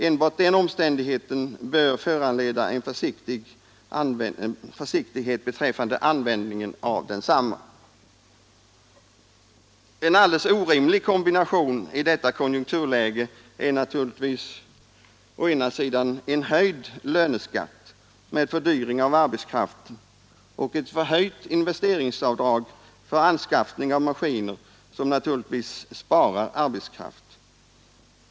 Enbart den omständigheten bör föranleda en försiktighet beträffande lerande åtgärder En alldeles orimlig kombination i detta konjunkturläge är naturligtvis å ena sidan en höjd löneskatt, med fördyring av arbetskraften, och å andra sidan ett förhöjt investeringsavdrag för anskaffning av maskiner, som naturligtvis sparar arbetskraft.